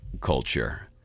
culture